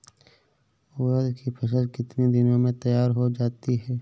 उड़द की फसल कितनी दिनों में तैयार हो जाती है?